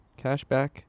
cashback